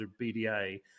BDA